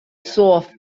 soft